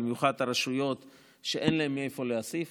במיוחד הרשויות שאין להן מאיפה להוסיף,